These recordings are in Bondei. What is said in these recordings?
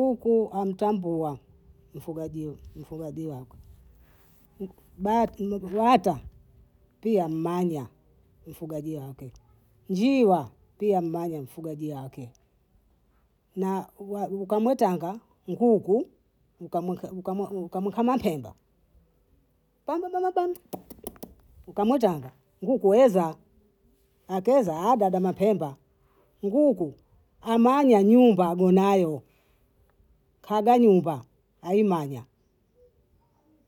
kuku antambua mfugaji mfugaji wako, wata pia ammanya mfugaji wake, njiwa pia ammanyama mfugaji Yake na waukamle Tanga nguku ukam ukamma ukammapemba pamma pam ukamujanga nguku yoeza akeza ada mabapemba, nguku amanya nyumba agwenayo, aga nyumba aimanya,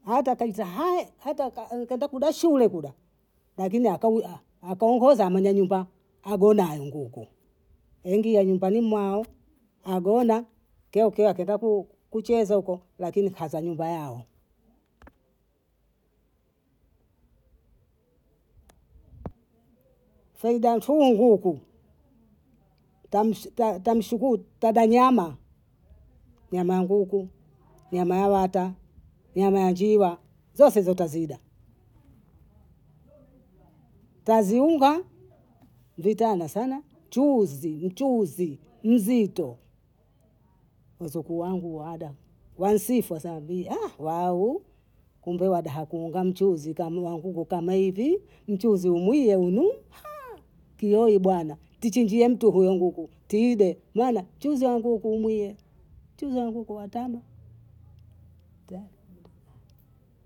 hata akaiza haaya hata aka- akaenda kuda shule kuda lakini akawie akaongoza mwenye nyumba agwenayo nguku aingia anyumbani mwao, agoma kila ukweo akienda ku- kucheza huko lakini haza nyumba yao. Faida ya utule nguku tamsh tamshkuu tabanyama, nyama ya nguku, nyama ya wata, nyama ya jiwa, zese hizo ta zida, taziunga vitana sana, chuuzi mchuuzi mzito. wizokuwangu wa ada wansifu wasema bi aah waau kumbe wadaha kuunga mchuzi kamlanguku kama hivii, mchuzi umwie unuu haa!! kioi bana tichinjie mtuhu eeh nguku, tide, mama chuzi wa nguku umwie, chuzi wa nguku wa tama